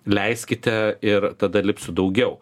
leiskite ir tada lips su daugiau